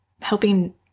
helping